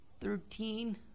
Thirteen